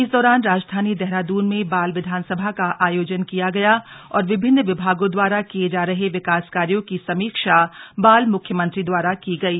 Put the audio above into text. इस दौरान राजधानी देहरादून में बाल विधानसभा का आयोजन किया गया और विभिन्न विभागों द्वारा किये जा रहे विकास कार्यो की समीक्षा बाल मुख्यमंत्री द्वारा की गयी